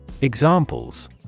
Examples